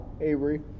Avery